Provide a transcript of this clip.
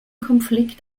konflikt